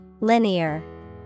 Linear